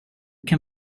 kan